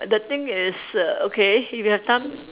the thing is err okay if you have time